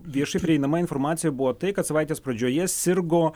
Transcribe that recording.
viešai prieinama informacija buvo tai kad savaitės pradžioje sirgo